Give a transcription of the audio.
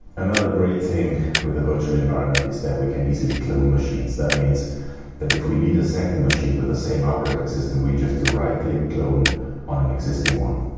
another great thing with the virtual environment is that we can easily clone machines. that means that if we need a second machine with the same operating system, we just do right click clone on an existing one.